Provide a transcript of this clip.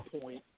point